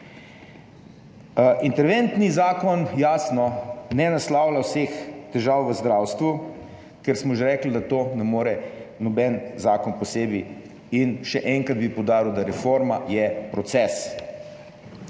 Interventni zakon jasno ne naslavlja vseh težav v zdravstvu, ker smo že rekli, da to ne more noben zakon posebej. In še enkrat bi poudaril, da je reforma proces.